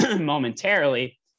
momentarily